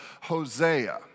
Hosea